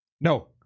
no